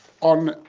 on